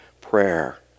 prayer